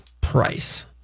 price